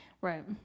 Right